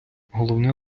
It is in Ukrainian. головне